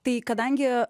tai kadangi